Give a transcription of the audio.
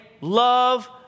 Love